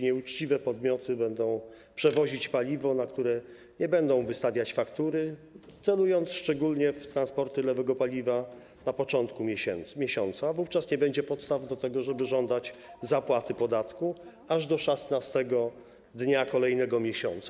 Nieuczciwe podmioty będą przewozić paliwo, na które nie będą wystawiać faktury, celując szczególnie w transporty lewego paliwa na początku miesiąca, a wówczas nie będzie podstaw do tego, aby żądać zapłaty podatku aż do 16. dnia kolejnego miesiąca.